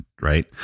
Right